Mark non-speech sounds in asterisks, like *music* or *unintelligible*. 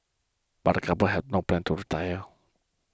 but the couple have no plans to *unintelligible*